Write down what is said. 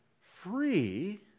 free